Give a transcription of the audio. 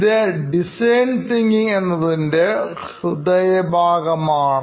ഇത് design thinking എന്നതിൻറെ ഹൃദയഭാഗമാണ്